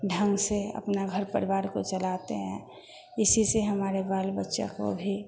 ढंग से अपने घर परिवार को चलाते हैं इसी से हमारे बाल बच्चे को भी